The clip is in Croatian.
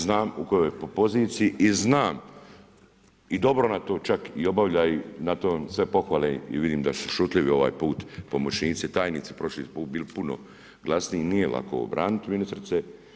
Znam u kojoj je poziciji i znam i dobro ona to čak obavlja i na to sve pohvale i vidim da ste šutljivi ovaj put pomoćnici, tajnici, prošli put ste bili puno glasniji, nije lako ovo braniti ministrice.